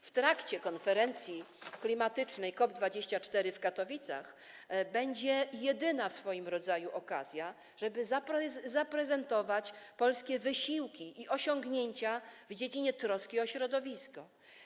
W trakcie konferencji klimatycznej COP24 w Katowicach będzie jedyna w swoim rodzaju okazja, żeby zaprezentować polskie wysiłki i osiągnięcia w dziedzinie troski o środowisko.